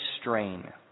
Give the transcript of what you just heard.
strain